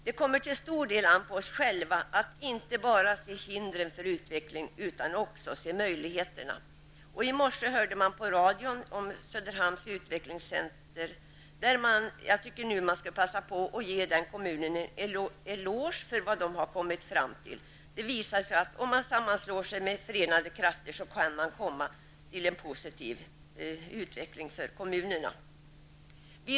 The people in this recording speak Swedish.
Det kommer till stor del an på oss själva att inte bara se hindren för utveckling utan att också se möjligheterna. I morse kunde vi höra på radion om Söderhamns utvecklingscenter. Jag tycker att vi skall passa på att ge Söderhamns kommun en eloge för vad den har kommit fram till. Det visar sig att man med förenade krafter kan få en positiv utveckling i kommunen. Herr talman!